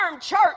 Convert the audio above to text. church